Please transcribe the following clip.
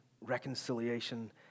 reconciliation